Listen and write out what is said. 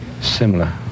similar